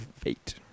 fate